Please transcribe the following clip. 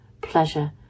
pleasure